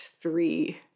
three